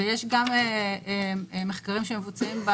ישראלים שנמצאים שם ורוצים לחזור.